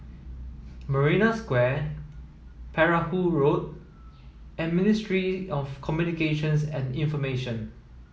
Marina Square Perahu Road and Ministry of Communications and Information